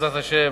בעזרת השם,